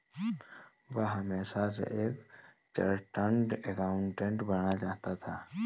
वह हमेशा से एक चार्टर्ड एकाउंटेंट बनना चाहता था